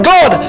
God